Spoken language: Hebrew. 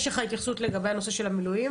יש לך התייחסות לגבי הנושא של המילואים?